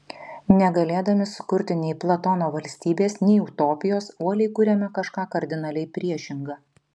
negalėdami sukurti nei platono valstybės nei utopijos uoliai kuriame kažką kardinaliai priešinga